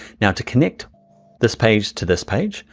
now to connect this page to this page.